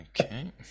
Okay